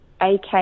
AK